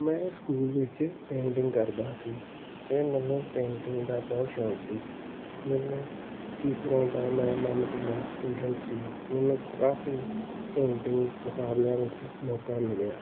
ਮੈਂ ਸਕੂਲ ਵਿੱਚ ਪੇਂਟਿੰਗ ਕਰਦਾ ਸੀ ਅਤੇ ਮੈਨੂੰ ਪੇਂਟਿੰਗ ਦਾ ਬਹੁਤ ਸ਼ੌਂਕ ਸੀ ਮੈਨੂੰ ਟੀਚਰਾਂ ਦਾ ਮੈਂ ਮਨਪਸੰਦ ਸਟੂਡੈਂਟ ਸੀ ਮੈਨੂੰ ਕਾਫੀ ਪੇਂਟਿੰਗ ਮੁਕਾਬਲਿਆਂ ਵਿੱਚ ਮੌਕਾ ਮਿਲਿਆ